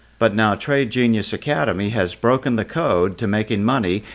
but now, trade genius academy has broken the code to making money,